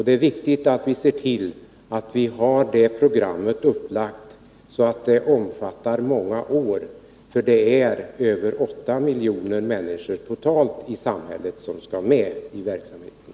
Det är viktigt att vi ser till att vi har det programmet upplagt så att det omfattar många år. Det är över åtta miljoner människor totalt i samhället som skall med i verksamheten!